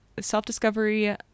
self-discovery